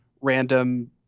random